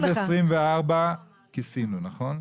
עד 2024 כיסינו, נכון?